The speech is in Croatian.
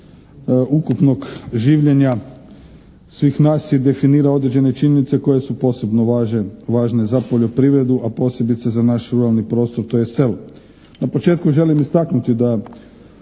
područje ukupnog življenja svih nas i definira određene činjenice koje su posebno važne za poljoprivredu, a posebice za naš ruralni prostor, tj., selo.